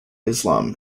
islam